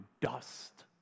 dust